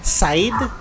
side